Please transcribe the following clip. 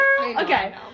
okay